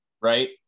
right